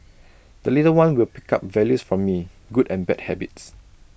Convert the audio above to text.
the little one will pick up values from me good and bad habits